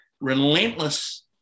relentless